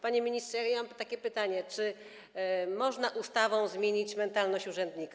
Panie ministrze, mam takie pytanie: Czy można ustawą zmienić mentalność urzędnika?